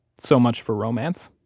so much for romance